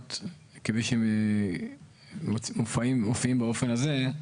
התקנות כפי שמופיעים באופן הזה,